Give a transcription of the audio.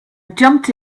jumped